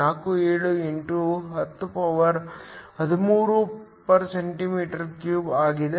47 x 1013 cm 3 ಆಗಿದೆ